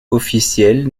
officiel